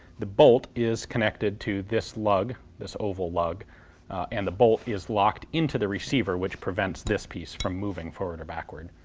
the bolt is connected to this lug this oval lug and the bolt is locked into the receiver which prevents this piece from moving forward or backward